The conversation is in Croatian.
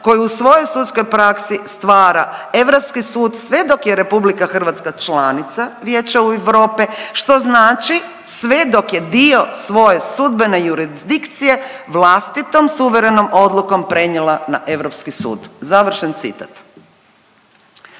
koji u svojoj sudskoj praksi stvara Europski sud sve dok je RH članica Vijeća Europe, što znači sve dok je dio svoje sudbene jurisdikcije vlastitom suverenom odlukom prenijela na Europski sud, završen citat.